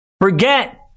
forget